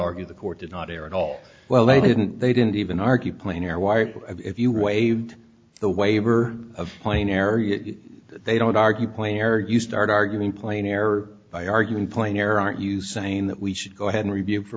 argue the court did not air at all well they didn't they didn't even argue plane or wire if you waived the waiver of plain error they don't argue player you start arguing plain error by arguing point here aren't you saying that we should go ahead and review for